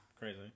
crazy